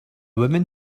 women